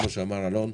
כמו שאמר אלון,